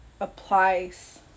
applies